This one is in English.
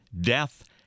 death